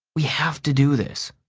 we have to do this.